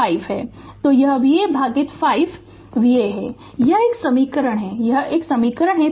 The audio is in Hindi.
तो यह Va भागित 5 Va है यह एक समीकरण है यह एक समीकरण है